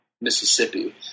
Mississippi